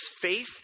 faith